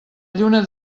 lluna